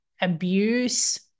abuse